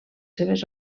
seves